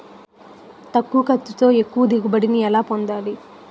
తక్కువ ఖర్చుతో ఎక్కువ దిగుబడి ని ఎలా పొందాలీ?